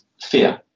fear